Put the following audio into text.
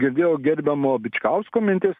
girdėjau gerbiamo bičkausko mintis